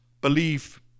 believe